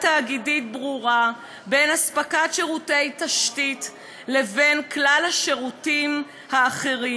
תאגידית ברורה בין הספקת שירותי תשתית לבין כלל השירותים האחרים.